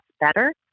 better